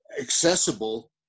accessible